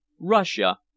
Russia